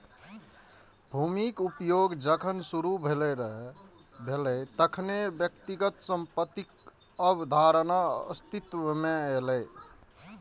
भूमिक उपयोग जखन शुरू भेलै, तखने व्यक्तिगत संपत्तिक अवधारणा अस्तित्व मे एलै